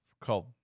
Called